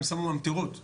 הם שמו ממטרות ענק.